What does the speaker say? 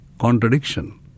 contradiction